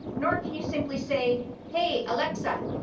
nor can you simply say hey alexa,